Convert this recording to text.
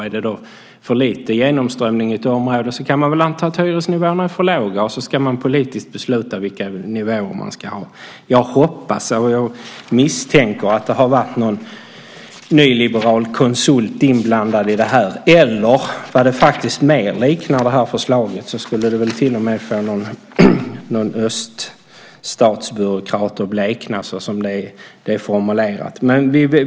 Är det för lite genomströmning i ett område kan man väl anta att hyresnivåerna är för låga, och så ska man politiskt besluta vilka nivåer man ska ha. Jag hoppas och misstänker att det har varit någon nyliberal konsult inblandad i detta. Det här förslaget är sådant att det till och med skulle få någon öststatsbyråkrat att blekna såsom det är formulerat.